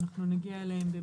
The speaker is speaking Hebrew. ונגיע אליהם.